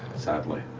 sadly.